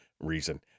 reason